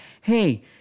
hey